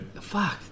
Fuck